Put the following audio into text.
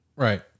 Right